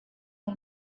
der